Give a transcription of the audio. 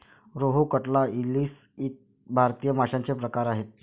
रोहू, कटला, इलीस इ भारतीय माशांचे प्रकार आहेत